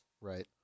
right